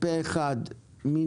מי